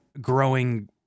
growing